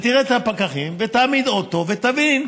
ותראה את הפקחים, ותעמיד אוטו, תבין